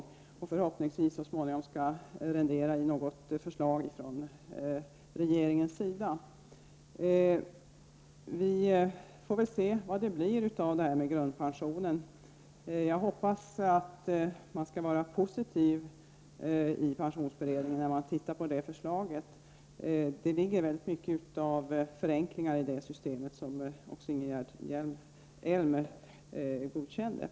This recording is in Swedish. Förhoppningsvis kommer det arbetet så småningom att utmynna i ett förslag från regeringens sida. Vi får väl se hur det blir med grundpensionen. Jag hoppas att man i pensionsberedningen kommer att vara positiv när man tittar på förslaget. Det ligger mycket av förenklingar i det system som Ingegerd Elm godkände.